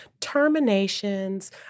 terminations